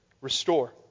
Restore